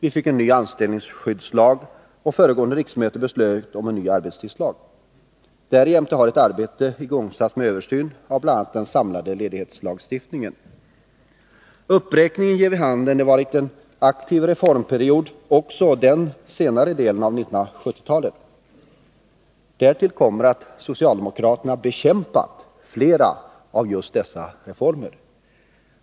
Vi fick en ny anställningsskyddslag, och föregående riksmöte beslöt om en ny arbetstidslag. Därjämte har ett arbete igångsatts med översyn av bl.a. den samlade ledighetslagstiftningen. Uppräkningen ger vid handen att det varit en aktiv reformperiod också under den senare delen av 1970-talet. Därtill kommer att socialdemokraterna bekämpat flera av just dessa reformer.